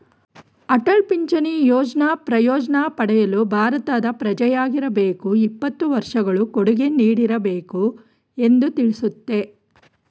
ಅಟಲ್ ಪಿಂಚಣಿ ಯೋಜ್ನ ಪ್ರಯೋಜ್ನ ಪಡೆಯಲು ಭಾರತದ ಪ್ರಜೆಯಾಗಿರಬೇಕು ಇಪ್ಪತ್ತು ವರ್ಷಗಳು ಕೊಡುಗೆ ನೀಡಿರಬೇಕು ಎಂದು ತಿಳಿಸುತ್ತೆ